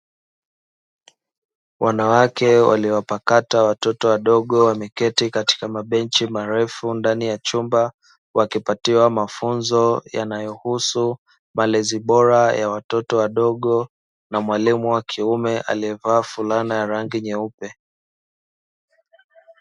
Wanawake waliowapakata watoto wadogo wameketi katika mabenchi marefu ndani ya chumba wakipatiwa mafunzo yanayohusu malezi bora ya watoto wadogo na mwalimu wa kiume aliyevaa fulana ya rangi nyeupe.